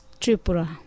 Tripura